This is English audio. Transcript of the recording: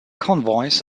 convoys